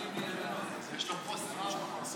יש לו פוסט-טראומה,